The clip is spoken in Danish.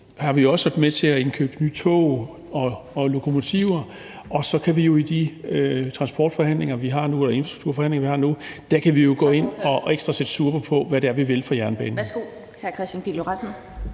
er vi også gået med til, at der indkøbes nye tog og lokomotiver, og så kan vi jo i de infrastrukturforhandlinger, vi har nu, gå ind og sætte ekstra turbo på, hvad det er, vi vil for jernbanen.